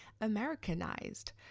Americanized